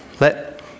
Let